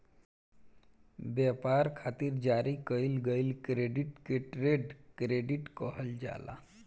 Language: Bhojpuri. ब्यपार खातिर जारी कईल गईल क्रेडिट के ट्रेड क्रेडिट कहल जाला